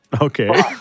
Okay